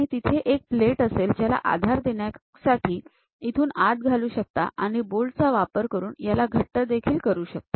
आणि तिथे एक प्लेट असेल ज्याला आधार देण्यासाठी इथून आत घालू शकता आणि बोल्ट चा वापर करून याला घट्ट देखील करून शकता